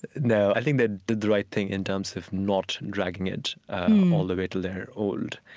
no, i think they did the right thing, in terms of not dragging it um all the way till they're old,